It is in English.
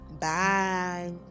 bye